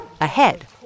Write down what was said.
ahead